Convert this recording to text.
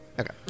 okay